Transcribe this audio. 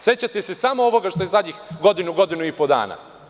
Sećate se samo ovoga što je zadnjih godinu, godinu i po dana.